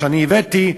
שאני הבאתי,